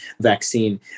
vaccine